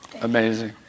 amazing